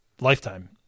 lifetime